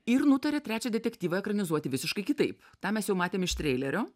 ir nutarė trečią detektyvą ekranizuoti visiškai kitaip tą mes jau matėm iš treilerio